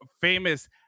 famous